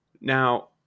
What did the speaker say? Now